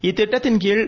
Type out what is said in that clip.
இத்திட்டத்தின்கீழ்